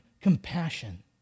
compassion